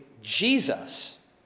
Jesus